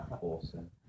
Awesome